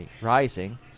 Rising